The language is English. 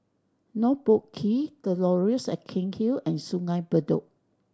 North Boat Quay The Laurels at Cairnhill and Sungei Bedok